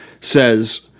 says